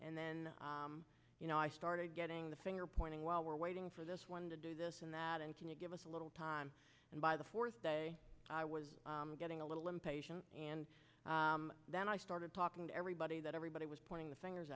and then you know i started getting the finger pointing well we're waiting for this one to do this and that and can you give us a little time and by the fourth day i was getting a little impatient and then i started talking to everybody that everybody was pointing the fingers